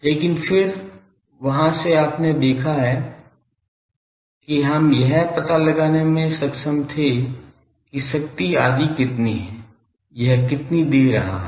लेकिन फिर वहां से आपने देखा कि हम यह पता लगाने में सक्षम थे कि शक्ति आदि कितनी है यह कितनी दे रहा है